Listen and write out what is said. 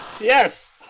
yes